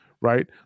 right